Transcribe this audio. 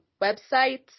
websites